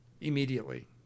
immediately